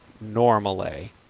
normally